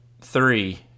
three